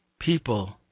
people